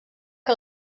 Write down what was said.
que